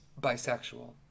bisexual